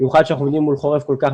במיוחד כשאנחנו עומדים מול חורף כל כך